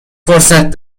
فرصت